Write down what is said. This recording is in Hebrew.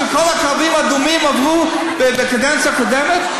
שכל הקווים האדומים נחצו בקדנציה הקודמת.